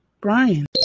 Brian